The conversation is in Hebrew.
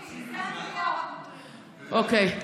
אוקיי.